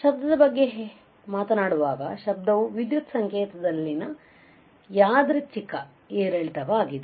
ಶಬ್ದದ ಬಗ್ಗೆ ಮಾತನಾಡುವಾಗ ಶಬ್ದವು ವಿದ್ಯುತ್ ಸಂಕೇತದಲ್ಲಿನ ಯಾದೃಚ್ಛಿಕ ಏರಿಳಿತವಾಗಿದೆ